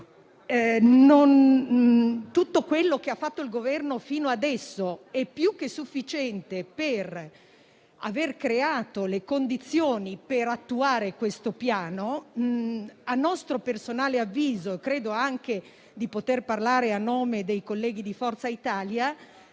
tutto quello che ha fatto il Governo fino adesso è più che sufficiente per creare le condizioni per attuare questo Piano a nostro personale avviso - credo di poter parlare a nome dei colleghi di Forza Italia